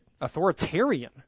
authoritarian